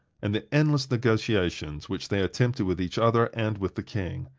and the endless negotiations which they attempted with each other and with the king.